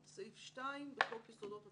2. בחוק יסודות התקציב,